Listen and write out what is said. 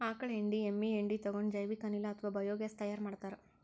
ಆಕಳ್ ಹೆಂಡಿ ಎಮ್ಮಿ ಹೆಂಡಿ ತಗೊಂಡ್ ಜೈವಿಕ್ ಅನಿಲ್ ಅಥವಾ ಬಯೋಗ್ಯಾಸ್ ತೈಯಾರ್ ಮಾಡ್ತಾರ್